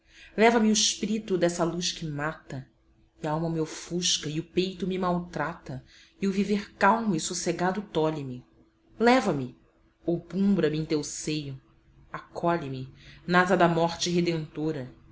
leva-me o esprito dessa luz que mata e a alma me ofusca e o peito me maltrata e o viver calmo e sossegado tolhe me leva-me obumbra me em teu seio acolhe me nasa da morte redentora